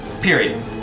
period